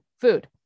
food